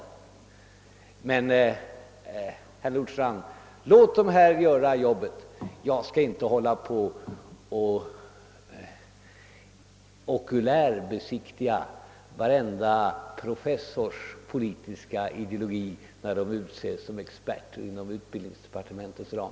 Men, herr Nordstrandh, låt dessa göra jobbet! Jag skall inte hålla på att okulärbesiktiga varenda professors ideologi, när de utses som experter inom =<:utbildningsdepartementets ram.